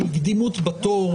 של קדימות בתור.